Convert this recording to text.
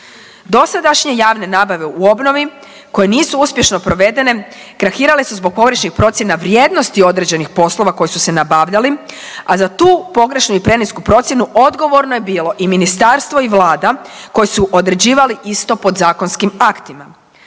Dosadašnje javne nabave u obnovi koje nisu uspješno provedene krahirale su zbog pogrešnih procjena vrijednosti određenih poslova koji su se nabavljali, a za tu pogrešnu i prenisku procjenu odgovorno je bilo i ministarstvo i vlada koji su određivali isto podzakonskim aktima.